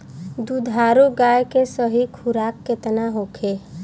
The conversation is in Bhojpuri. दुधारू गाय के सही खुराक केतना होखे?